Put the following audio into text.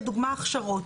לדוגמא, הכשרות.